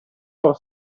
por